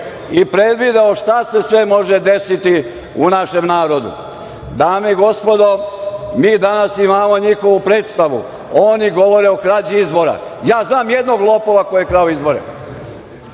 i predvideo šta se sve može desiti u našem narodu. Dame i gospodo, mi danas imamo njihovu predstavu. Oni govore o krađi izbora. Ja znam jednog lopova koji je krao izbore.